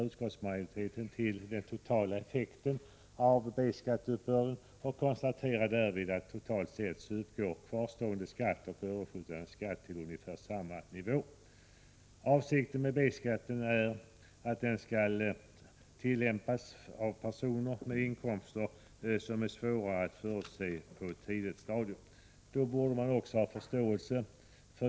Utskottsmajoriteten hänvisar nu till den sammantagna effekten av B skatteuppbörden och konstaterar därvid att kvarstående skatt och överskjutande skatt totalt sett uppgår till ungefär samma nivå. Avsikten med B-skatteuttaget är att det skall tillämpas på personer med inkomster som är svåra att förutse på ett tidigt stadium.